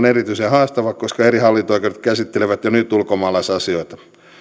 erityisen haastava koska eri hallinto oikeudet käsittelevät jo nyt ulkomaalaisasioita